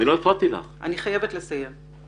אני חייבת לסיים.